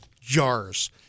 jars